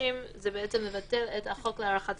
אוקיי, מקובל.